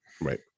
Right